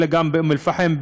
אלא גם באום אל פחם,